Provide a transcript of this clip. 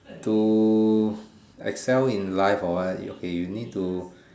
to excel in life or what okay you need to